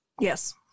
Yes